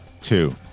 two